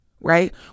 right